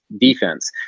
defense